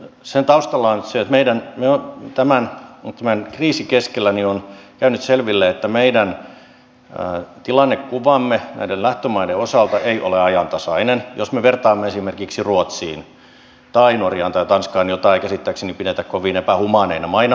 sen taustalla on nyt se että tämän kriisin keskellä on käynyt selville että meidän tilannekuvamme näiden lähtömaiden osalta ei ole ajantasainen jos me vertaamme esimerkiksi ruotsiin tai norjaan tai tanskaan joita ei käsittääkseni pidetä kovin epähumaaneina maina